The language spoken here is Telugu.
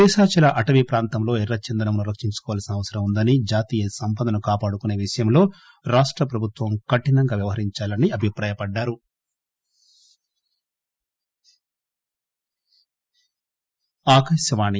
శేషాచల అటవీ ప్రాంతంలో ఎర్రచందనంను రక్షించుకోవాల్సిన అవసరం ఉందని జాతీయ సంపదను కాపాడుకునే విషయంలో రాష్ట ప్రభుత్వం కఠినంగా వ్యవహరించాలని అభిప్రాయపడ్డారు